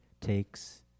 takes